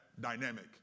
dynamic